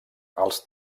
els